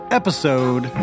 episode